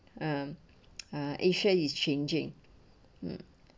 um uh asia is changing mm